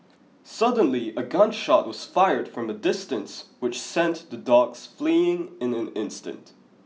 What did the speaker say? suddenly a gun shot was fired from a distance which sent the dogs fleeing in an instant